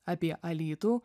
apie alytų